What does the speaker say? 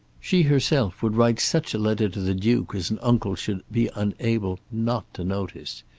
she herself would write such a letter to the duke as an uncle should be unable not to notice.